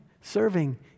serving